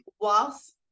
whilst